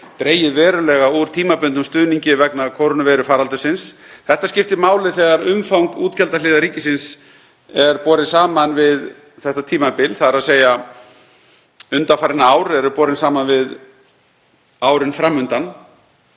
dregið verulega úr tímabundnum stuðningi vegna kórónuveirufaraldursins. Þetta skiptir máli þegar umfang útgjaldahliðar ríkisins er borið saman við þetta tímabil, þ.e. þegar undanfarin ár eru borin saman við árin fram undan.